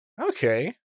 Okay